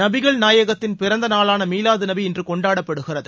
நபிகள் நாயகத்தின் பிறந்த நாளான மீலாது நபி இன்று கொண்டாடப்படுகிறது